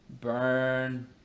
Burn